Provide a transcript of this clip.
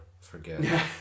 forget